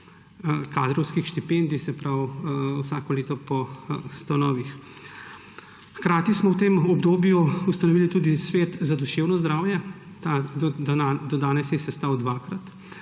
kadrovskih štipendij, se pravi vsako leto po 100 novih. Hkrati smo v tem obdobju ustanovili tudi Svet za duševno zdravje. Do danes se je sestal dvakrat.